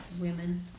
Women